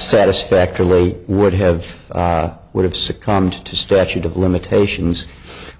satisfactorily would have would have succumbed to statute of limitations